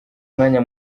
umwanya